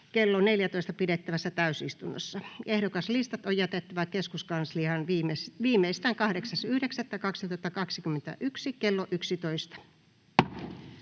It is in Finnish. kello 14 pidettävässä täysistunnossa. Ehdokaslistat on jätettävä keskuskansliaan viimeistään 8.9.2021 kello 11.